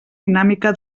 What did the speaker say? dinàmica